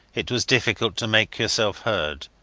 it was difficult to make yourself heard.